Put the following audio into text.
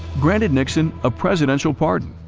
granted nixon a presidential pardon,